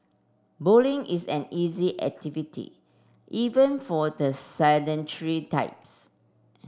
bowling is an easy activity even for the sedentary types